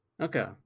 Okay